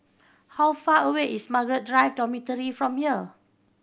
how far away is Margaret Drive Dormitory from here